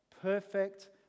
perfect